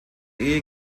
ehe